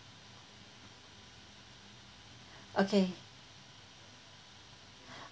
okay